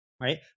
right